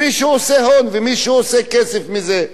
מישהו עושה הון, מישהו עושה כסף מזה.